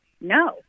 no